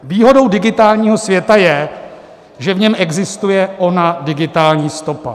Výhodou digitálního světa je, že v něm existuje ona digitální stopa.